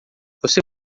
você